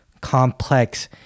complex